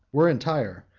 were entire,